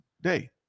day